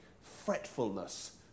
fretfulness